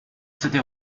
city